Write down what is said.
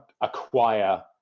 acquire